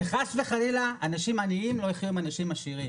כדי שחס וחלילה אנשים עניים לא יחיו עם אנשים עשירים,